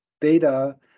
data